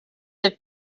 have